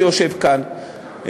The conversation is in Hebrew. שיושב כאן,